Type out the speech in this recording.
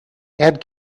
add